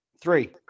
Three